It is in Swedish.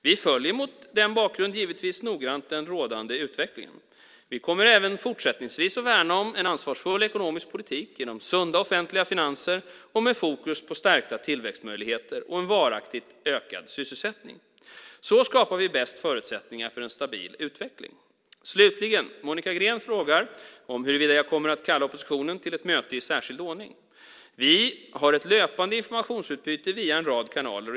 Vi följer mot den bakgrunden givetvis noggrant den rådande utvecklingen. Vi kommer även fortsättningsvis att värna om en ansvarsfull ekonomisk politik genom sunda offentliga finanser och med fokus på stärkta tillväxtmöjligheter och en varaktigt ökad sysselsättning. Så skapar vi bäst förutsättningar för en stabil utveckling. Slutligen: Monica Green frågar om huruvida jag kommer att kalla oppositionen till ett möte i särskild ordning. Vi har ett löpande informationsutbyte via en rad kanaler.